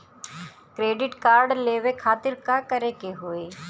Credit card लेवे खातिर का करे के होई?